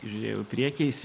žiūrėjau į priekį